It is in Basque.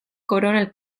koronel